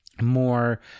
more